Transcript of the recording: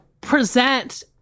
present